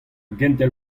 gentel